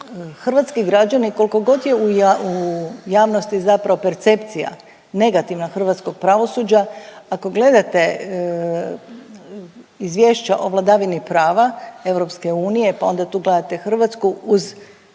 hrvatski građani kolko god je u javnosti zapravo percepcija negativna hrvatskog pravosuđa, ako gledate Izvješća o vladavini prava EU, pa onda tu gledate Hrvatsku, uz